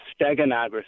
steganography